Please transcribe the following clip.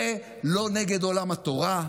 זה לא נגד עולם התורה.